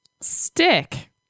stick